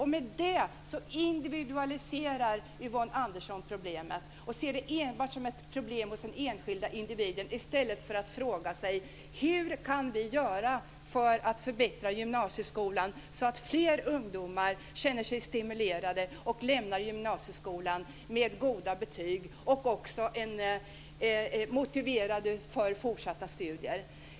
Med det individualiserar Yvonne Andersson problemen och ser det enbart som ett problem hos den enskilda individen, i stället för att fråga sig vad vi kan göra för att förbättra gymnasieskolan så att flera ungdomar känner sig stimulerade, lämnar gymnasieskolan med goda betyg och också är motiverade för fortsatta studier.